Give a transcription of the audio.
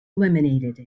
eliminated